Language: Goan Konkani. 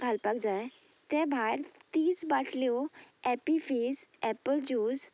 घालपाक जाय ते भायर तीच बाटल्यो एपी फीस एप्पल जूस